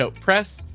Press